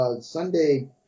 Sunday